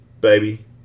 Baby